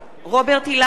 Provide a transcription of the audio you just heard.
רוברט אילטוב,